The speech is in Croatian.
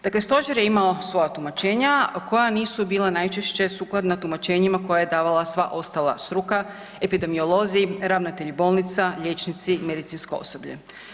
Dakle, stožer je imao svoja tumačenja koja nisu bila najčešće sukladno tumačenjima koja je davala sva ostala struka, epidemiolozi, ravnatelji bolnica, liječnici, medicinsko osoblje.